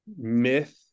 myth